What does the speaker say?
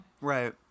right